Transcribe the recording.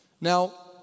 Now